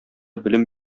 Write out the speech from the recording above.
белем